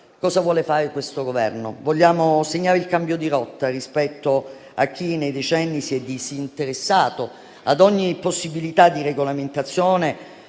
Cosa vuole fare questo Governo? Vogliamo segnare il cambio di rotta rispetto a chi nei decenni si è disinteressato di ogni possibilità di regolamentazione,